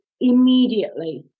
immediately